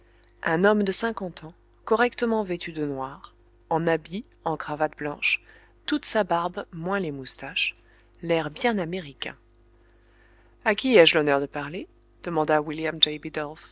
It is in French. un homme de cinquante ans correctement vêtu de noir en habit en cravate blanche toute sa barbe moins les moustaches l'air bien américain a qui ai-je l'honneur de parler demanda william